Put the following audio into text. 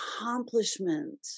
accomplishment